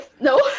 No